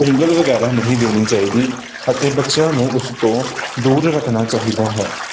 ਉਂਗਲ ਵਗੈਰਾ ਨਹੀਂ ਦੇਣੀ ਚਾਹੀਦੀ ਅਤੇ ਬੱਚਿਆਂ ਨੂੰ ਉਸ ਤੋਂ ਦੂਰ ਰੱਖਣਾ ਚਾਹੀਦਾ ਹੈ